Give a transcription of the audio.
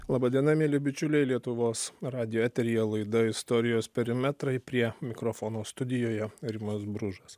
laba diena mieli bičiuliai lietuvos radijo eteryje laida istorijos perimetrai prie mikrofono studijoje rimas bružas